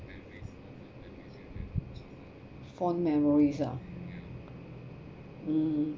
fond memories ah mm